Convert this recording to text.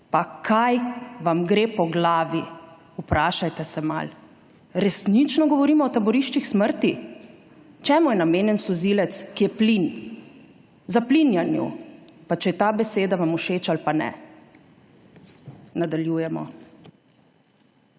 pa kaj vam gre po glavi? Vprašajte se malo. Resnično govorimo o taboriščih smrti? Čemu je namenjen solzivec, ki je plin? Zaplinjanju, pa če vam je ta beseda všeč ali pa ne. Nadaljujemo.